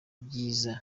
byiza